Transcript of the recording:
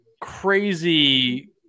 crazy